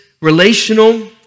relational